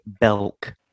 Belk